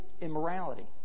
immorality